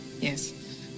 Yes